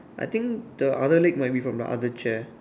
I think the other leg might be from the other chair